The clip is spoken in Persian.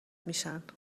میشن